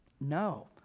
No